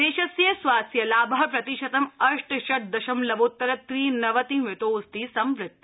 देशस्य स्वास्थ्यलाभ प्रतिशतं अष्ट षड् दशमलवोत्तर त्रिनवतिमितोऽस्ति संवृत्त